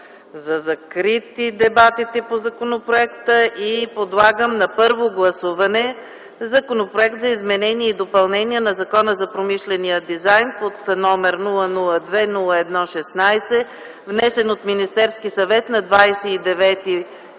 обявявам дебатите по законопроекта за закрити. Подлагам на първо гласуване Законопроект за изменение и допълнение на Закона за промишления дизайн, № 002-01-16, внесен от Министерския съвет на 29 януари